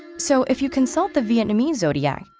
so if you consult the vietnamese zodiac,